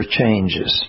changes